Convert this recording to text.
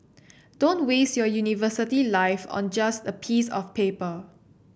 don't waste your university life on just a piece of paper